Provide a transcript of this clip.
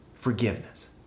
Forgiveness